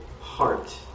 heart